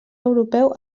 europeu